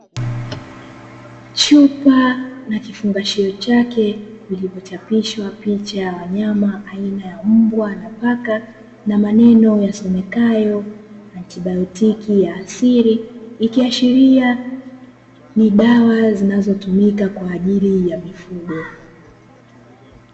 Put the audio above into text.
Chupa na kifungashio chake, vilivyochapishwa picha ya wanyama aina ya mbwa na paka na maneno yasomekayo antibayotiki ya asili, ikiashiria ni dawa zinazotumika kwa ajili ya mifugo.